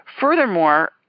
Furthermore